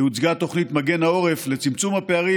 הוצגה תוכנית "מגן לעורף" לצמצום הפערים.